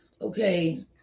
okay